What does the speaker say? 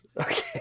Okay